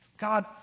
God